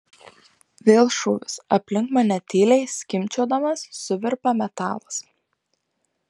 vėl šūvis aplink mane tyliai skimbčiodamas suvirpa metalas